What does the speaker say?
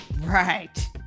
Right